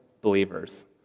believers